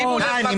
די.